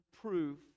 proof